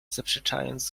zaprzeczając